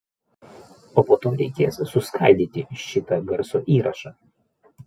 o po to reikės suskaidyti šitą garso įrašą